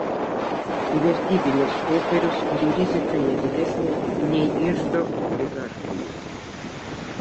į vertybinius popierius kurių rizika ne didesnė nei iždo obligacijų